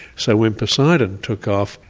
so when poseidon took off,